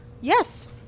Yes